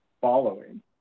following